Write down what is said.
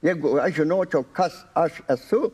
jeigu aš žinočiau kas aš esu